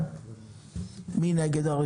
מי נגד?